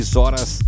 horas